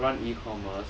run e-commerce